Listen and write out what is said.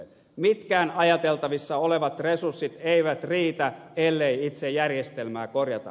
mitkään ajatel tavissa olevat resurssit eivät riitä ellei itse järjestelmää korjata